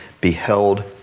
beheld